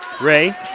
Ray